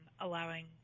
allowing